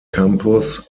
campus